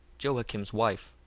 joacim's wife.